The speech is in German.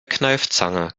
kneifzange